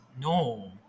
no